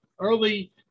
early